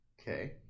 Okay